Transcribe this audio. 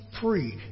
free